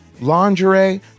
lingerie